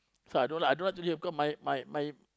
so I don't like I don't like to live here because my my my